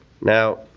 Now